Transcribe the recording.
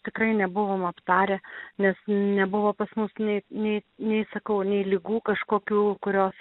tikrai nebuvom aptarę nes nebuvo pas mus nei nei nei sakau nei ligų kažkokių kurios